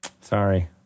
Sorry